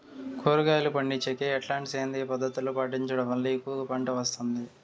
కూరగాయలు పండించేకి ఎట్లాంటి సేంద్రియ పద్ధతులు పాటించడం వల్ల ఎక్కువగా పంట వస్తుంది?